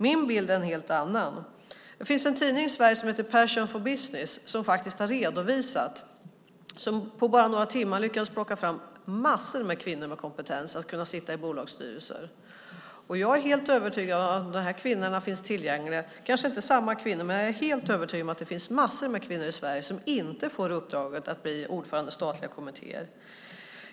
Min bild är en helt annan. Det finns en tidning i Sverige som heter Passion for Business som på bara några timmar lyckades plocka fram massor med kvinnor med kompetens att kunna sitta i bolagsstyrelser. Jag är helt övertygad om att de här kvinnorna finns tillgängliga. Det kanske inte är samma kvinnor. Jag är helt övertygad om att det finns massor med kvinnor i Sverige som inte får uppdraget att bli ordförande i statliga kommittéer. Fru talman!